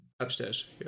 Upstairs